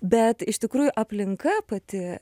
bet iš tikrųjų aplinka pati